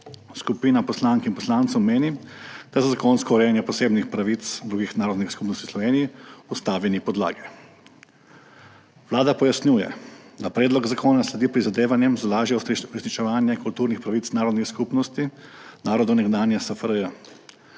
Skupina poslank in poslancev meni, da za zakonsko urejanje posebnih pravic drugih narodnih skupnosti v Sloveniji v ustavi ni podlage. Vlada pojasnjuje, da predlog zakona sledi prizadevanjem za lažje uresničevanje kulturnih pravic narodnih skupnosti narodov nekdanje SFRJ.